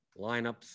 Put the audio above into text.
Lineups